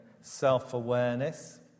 self-awareness